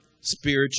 spiritual